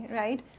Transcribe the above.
right